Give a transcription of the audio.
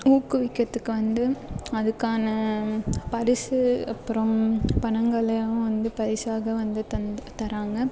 ஊக்குவிக்கறத்துக்கு வந்து அதுக்கான பரிசு அப்புறம் பணங்களையவும் வந்து பரிசாக வந்து தந் தராங்க